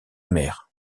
mère